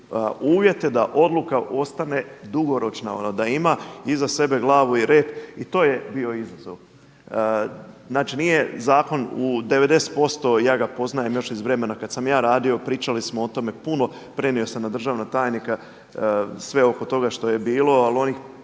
uvjete da odluka ostane dugoročna, ono da ima iza sebe glavu i rep i to je bio izazov. Znači nije zakon u 90% ja ga poznajem još iz vremena kad sam ja radio, pričali smo o tome puno. Prenio sam na državnog tajnika sve oko toga što je bilo, ali onih